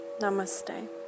Namaste